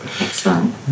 excellent